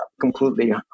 completely